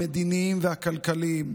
המדיניים והכלכליים,